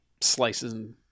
slices